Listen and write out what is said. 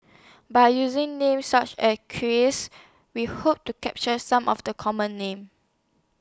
By using Names such as Chris We Hope to capture Some of The Common Names